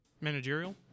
Managerial